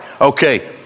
Okay